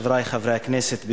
חברי חברי הכנסת,